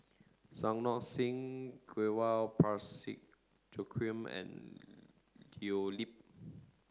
Santokh Singh Grewal Parsick Joaquim and Leo Yip